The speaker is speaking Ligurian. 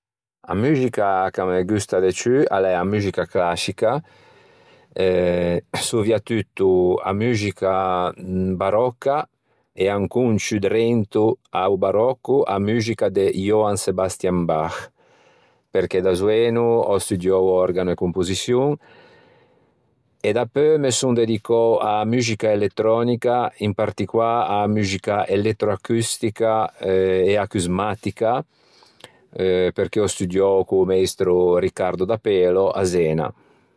A muxica ch'a me gusta de ciù a l'é a muxica clascica eh, soviatutto a muxica baròcca e ancon ciù drento à-o barocco, a muxica de Johann Sebastian Bach perché da zoeno ò studiou òrgano e composiçion e dapeu me son dedicou a-a muxica elettrònica in particolâ a-a muxica elettroacustica e acusmatica perché ò studiou co-o meistro Riccardo Dapelo à Zena.